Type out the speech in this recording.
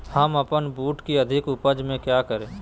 हम अपन बूट की अधिक उपज के क्या करे?